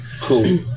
Cool